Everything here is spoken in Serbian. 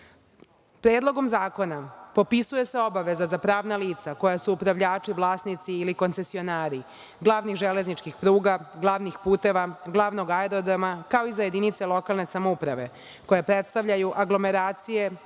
izradu. Predlogom zakona popisuje se obaveza za pravna lica koja su upravljači, vlasnici ili koncesionari glavnih železničkih pruga, glavnih puteva, glavnog aerodroma, kao i za jedinice lokalne samouprave koje predstavljaju aglomeracije